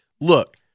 look